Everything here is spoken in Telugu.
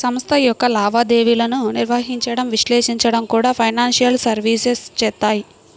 సంస్థ యొక్క లావాదేవీలను నిర్వహించడం, విశ్లేషించడం కూడా ఫైనాన్షియల్ సర్వీసెస్ చేత్తాయి